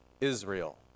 Israel